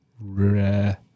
Rare